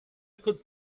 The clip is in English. could